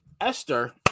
Esther